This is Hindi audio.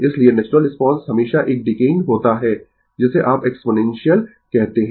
इसलिए नेचुरल रिस्पांस हमेशा एक डीकेयिंग होता है जिसे आप एक्सपोनेंशियल कहते है